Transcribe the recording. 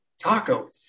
Taco